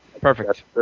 Perfect